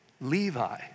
Levi